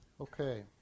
Okay